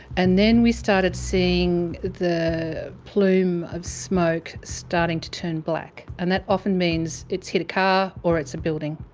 and then we started seeing the plume of smoke starting to turn black and that often means it's hit a car or it's a building.